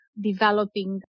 developing